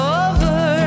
over